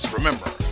Remember